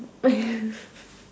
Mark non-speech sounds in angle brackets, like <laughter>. <laughs>